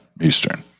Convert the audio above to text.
Eastern